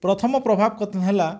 ପ୍ରଥମ ପ୍ରଭାବ ହେଲା